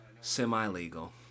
Semi-legal